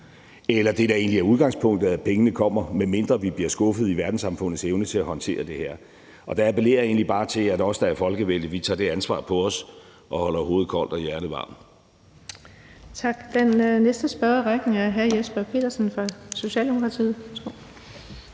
eller det, der egentlig er udgangspunktet, at pengene kommer, medmindre vi bliver skuffet i verdenssamfundets evne til at håndtere det her. Og der appellerer jeg egentlig bare til, at vi, der er folkevalgte, tager det ansvar på os og holder hovedet koldt og hjertet varmt. Kl. 15:00 Den fg. formand (Birgitte Vind): Tak. Den næste spørger i rækken er hr. Jesper Petersen fra Socialdemokratiet.